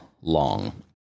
long